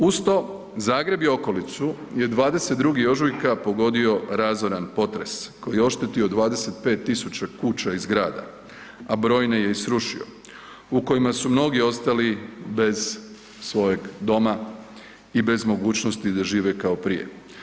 Uz to Zagreb i okolicu je 22. ožujka pogodio razoran potres koji je oštetio 25.000 kuća i zgrada, a brojne je i srušio u kojima su mnogi ostali bez svojeg doma i bez mogućnosti da žive kao prije.